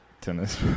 tennis